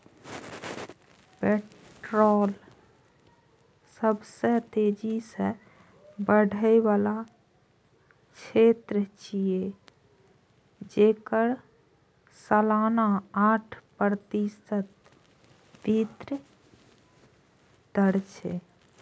poultry सबसं तेजी सं बढ़ै बला क्षेत्र छियै, जेकर सालाना आठ प्रतिशत वृद्धि दर छै